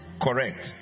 correct